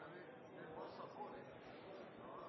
Men vi er sikre på